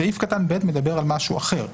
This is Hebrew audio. סעיף קטן (ב) מדבר על משהו אחר.